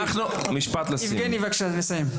יבגני, בבקשה תסיים.